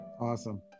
Awesome